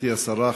גברתי השרה,